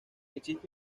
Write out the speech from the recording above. existe